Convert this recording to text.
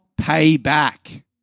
payback